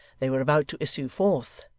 they were about to issue forth,